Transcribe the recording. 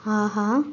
ஆஹா